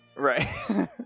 Right